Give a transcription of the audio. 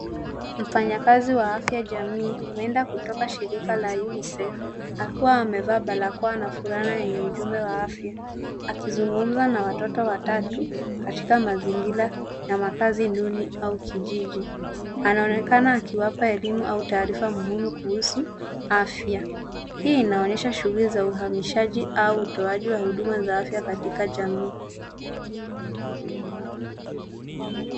Mfanyakazi wa afya jamii, huenda kutoka shirika la Unicef, akiwa amevaa barakoa na furaha yenye ujumbe wa afya. Akizungumza na watoto watatu, katika mazingira ya makazi duni au kijiji. Anaonekana akiwapa elimu au taarifa muhimu kuhusu, afya. Hii inaonyesha shughuli za uhamishaji au utoaji wa huduma za afya katika jamii.